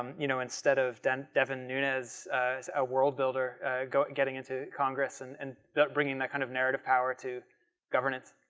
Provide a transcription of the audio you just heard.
um you know instead of devon devon nunez a world builder go and getting into congress and and bringing that kind of narrative power to governance,